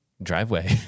Driveway